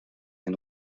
une